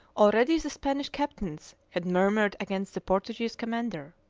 already the spanish captains had murmured against the portuguese commander.